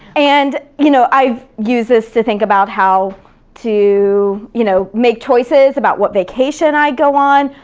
and you know i've used this to think about how to you know make choices about what vacation i go on,